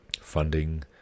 funding